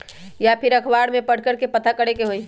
या फिर अखबार में पढ़कर के पता करे के होई?